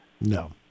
No